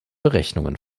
berechnungen